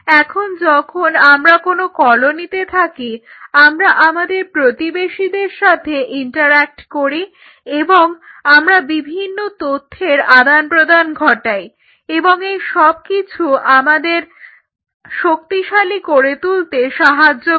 এখন যখন আমরা কোনো কলোনিতে থাকি আমরা আমাদের প্রতিবেশীদের সাথে ইন্টারঅ্যাক্ট করি এবং আমরা বিভিন্ন তথ্যের আদান প্রদান ঘটাই এবং এই সবকিছু আমাদেরকে শক্তিশালী করে তুলতে সাহায্য করে